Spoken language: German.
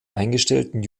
eingestellten